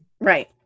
Right